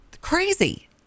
Crazy